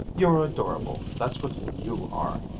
you're adorable, that's what you are!